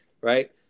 right